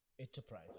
enterprise